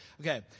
Okay